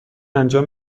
انجام